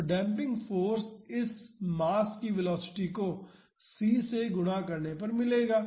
तो damping force इस mass की वेलोसिटी को c से गुणा करने पर मिलेगा